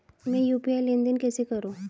मैं यू.पी.आई लेनदेन कैसे करूँ?